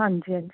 ਹਾਂਜੀ ਹਾਂਜੀ